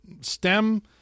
stem